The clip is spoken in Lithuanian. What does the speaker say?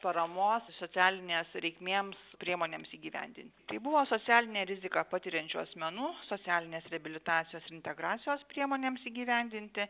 paramos socialinėms reikmėms priemonėms įgyvendinti tai buvo socialinę riziką patiriančių asmenų socialinės reabilitacijos integracijos priemonėms įgyvendinti